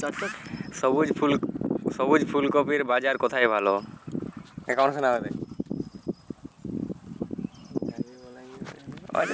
সবুজ ফুলকপির বাজার কোথায় ভালো?